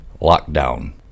lockdown